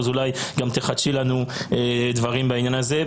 אז אולי גם תחדשי לנו דברים בעניין הזה.